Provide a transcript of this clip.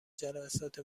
جلسات